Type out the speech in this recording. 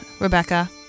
Rebecca